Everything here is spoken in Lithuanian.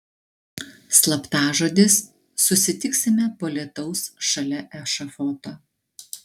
slaptažodis susitiksime po lietaus šalia ešafoto